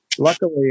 Luckily